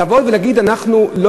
לבוא ולהגיד: אנחנו,